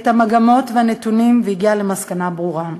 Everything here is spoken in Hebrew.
את המגמות והנתונים, והגיע למסקנה ברורה: